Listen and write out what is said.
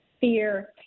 fear